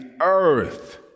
earth